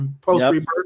post-rebirth